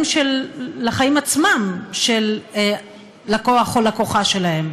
ממש לחיים עצמם של לקוח או לקוחה שלהם.